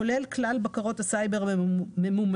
כולל כלל בקרות הסייבר הממומשות.